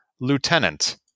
Lieutenant